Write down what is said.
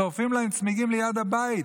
שורפים להם צמיגים ליד הבית.